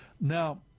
now